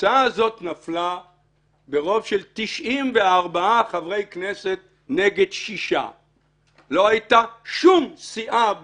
וההצעה הזאת נפלה ברוב של 94 חברי כנסת נגד 6. לא הייתה שום סיעה בכנסת,